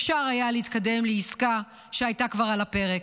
אפשר היה להתקדם לעסקה שהייתה כבר על הפרק.